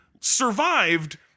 survived